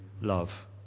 love